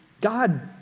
God